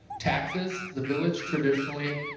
taxes, the village traditionally,